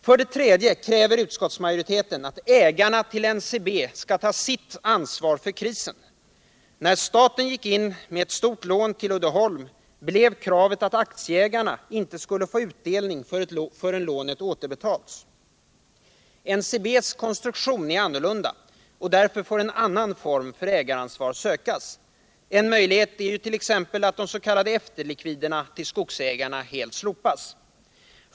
För det tredje kräver utskottsmajoriteten att ägarna till NCB skall ta sitt ansvar för krisen. När staten gick in med ett stort lån till Uddeholm, blev kravet att aktieägarna inte skulle få utdelning förrän lånet återbetalats. NCB:s konstruktion är annorlunda, och därför får en annan form för ägaransvar sökas. En möjlighet är t.ex. att de s.k. efterlikviderna till skogsägarna helt slopas.